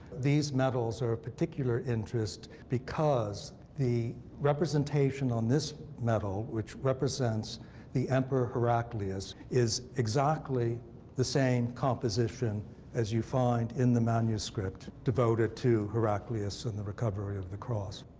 these medals are a particular interest, because the representation on this medal, which represents the emperor heraclius, is exactly the same composition as you find in the manuscript devoted to heraclius and the recovery of the cross.